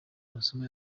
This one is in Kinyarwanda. amasomo